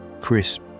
crisp